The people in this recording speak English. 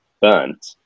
burnt